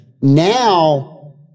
Now